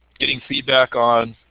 getting feedback on.